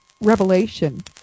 revelation